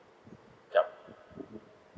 yup